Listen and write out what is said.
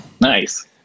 nice